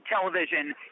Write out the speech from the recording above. television